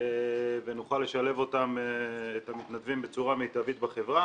ונוכל לשלב את המתנדבים בצורה מיטבית בחברה